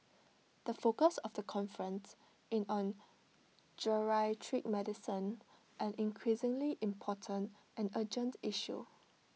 the focus of the conference is on geriatric medicine an increasingly important and urgent issue